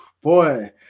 boy